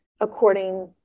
according